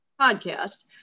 podcast